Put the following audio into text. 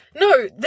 No